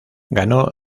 ganó